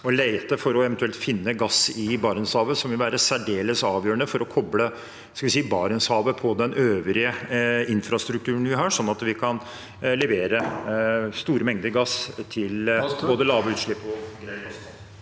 for eventuelt å finne gass i Barentshavet. Det vil være særdeles avgjørende for å koble Barentshavet på den øvrige infrastrukturen vi har, sånn at vi kan levere store mengder gass med både lave utslipp og til